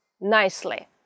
nicely